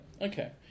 okay